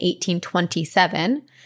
1827